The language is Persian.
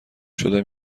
شده